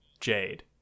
jade